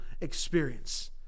experience